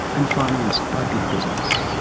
and financed by big business.